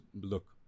look